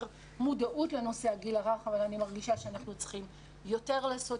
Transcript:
מודעות לנושא הגיל הרך אבל אני מרגישה שאנחנו צריכים לעשות